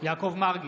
יעקב מרגי,